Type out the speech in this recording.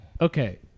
okay